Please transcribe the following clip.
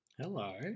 Hello